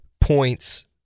points